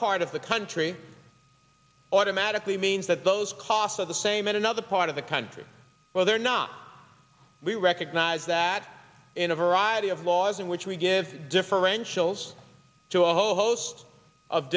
part of the country automatically means that those costs are the same in another part of the country whether or not we recognize that in a variety of laws in which we give differentials to a whole host of